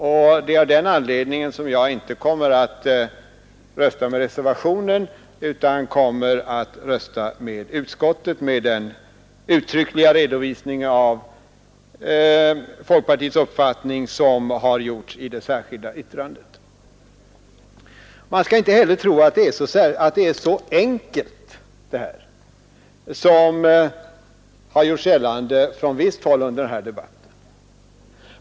Det är av denna anledning som jag inte kommer att rösta med reservationen utan med utskottet med den uttryckliga redovisning av folkpartiets uppfattning som gjorts i det särskilda yttrandet. Man skall inte heller tro att det här är så enkelt som det från visst håll har gjorts gällande under debatten.